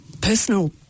personal